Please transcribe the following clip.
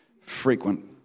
Frequent